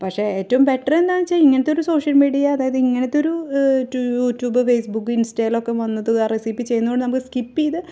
പക്ഷെ ഏറ്റവും ബെറ്റർ എന്താണെന്നുവച്ചാൽ ഇങ്ങനെത്തെ ഒരു സോഷ്യല് മീഡിയ അതായത് ഇങ്ങനെത്തെ ഒരു യൂടുബ് ഫേസ്ബുക്ക് ഇന്സ്റ്റയിലൊക്കെ വന്നത് ആ റെസിപീ ചെയ്യുന്നതുകൊണ്ട് നമുക്ക് സ്കിപ്പ് ചെയ്ത്